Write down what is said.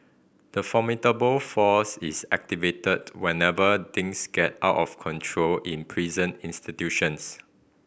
the formidable force is activated whenever things get out of control in prison institutions